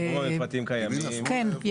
כן,